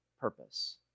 purpose